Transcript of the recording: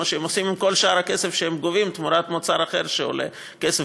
כמו שהם עושים עם כל שאר הכסף שהם גובים תמורת מוצר אחר שעולה כסף.